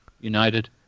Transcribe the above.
United